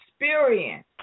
experience